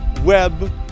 Web